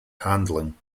handling